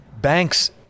Banks